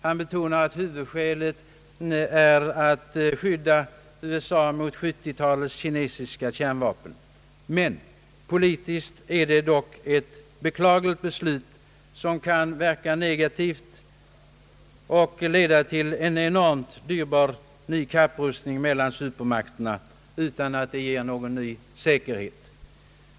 Han betonar att huvudskälet är att skydda USA mot 1970-talets kinesiska kärnvapen. Men politiskt är detta ett beklagligt beslut som kan verka negativt och leda till en enormt dyrbar ny kapprustning mellan supermakterna utan att ge någon ny säkerhet.